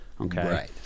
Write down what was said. Okay